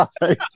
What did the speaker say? Right